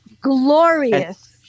glorious